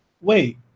wait